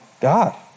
God